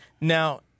Now